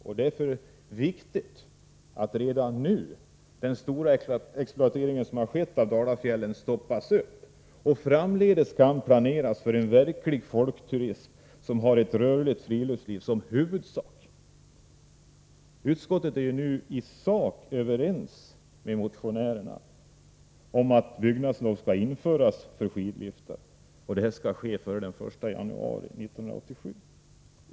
Det är därför viktigt att redan nu den stora exploatering av Dalafjällen som har skett stoppas, så att det framdeles kan planeras för en verklig folkturism, som har ett rörligt friluftsliv som huvuddel. Utskottsmajoriteten är i sak överens med motionärerna om att byggnadslov skall införas för skidliftar, och motionärerna anser att det skall ske före den 1 januari 1987.